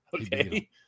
Okay